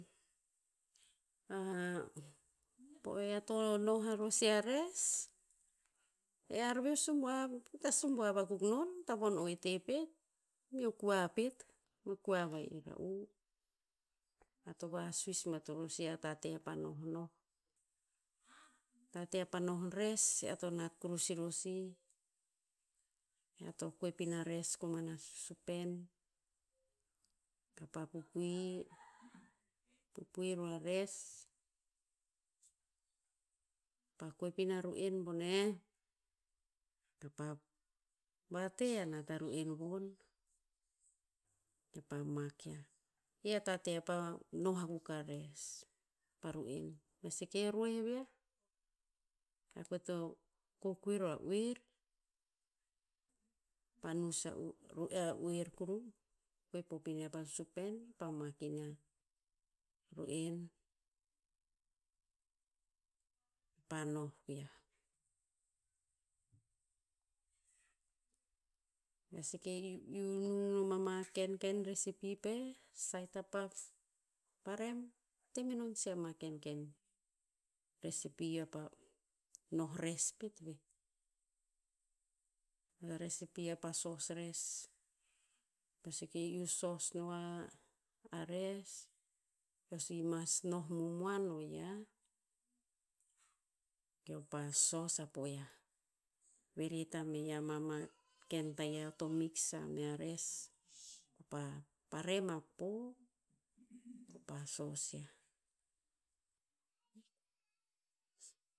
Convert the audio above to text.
po o ear to noh a iror sih a res, ear ve po subuav, ta subuav akuk non, tavon oete pet. Meo kua pet. Meo kua va ira'u. Ear to vasuis bat ror sih a tate vapa nohnoh. Tate vapa noh res ear to nat kurus iror sih. Ear to koep ina res koman a susupen, kapa pupui, pupui ro a res. Pa koep ina ru'en boneh, kapa vate ana ta ru'en von, ke pa mak yiah. I a tate apa noh akuk a res, pa ru'en. Be seke roev yiah, ear koe to kokoer oa uer. Pa nus a uer kuruh. Koep hop iniah pa susupen kepa mak iniah, ru'en, pa noh yiah. E seke i- iu nung nom ama kenken recipe peh, saet apa parem. Te menon si ama kenken recipe apa noh res pet veh. Recipe apa sos res, beo seke iu sos no a, a res, eo si mas noh momoan no yiah, keo pa sos a po yiah. Veret a me yiah ma- ma ken tayiah to miks a mea res, pa parem a po, kepa sos yiah.